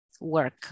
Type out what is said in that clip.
work